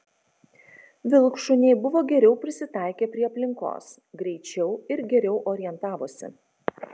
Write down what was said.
vilkšuniai buvo geriau prisitaikę prie aplinkos greičiau ir geriau orientavosi